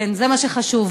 זה מה שחשוב.